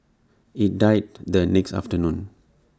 IT died the next afternoon